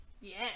Yes